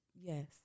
Yes